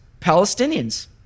Palestinians